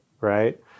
right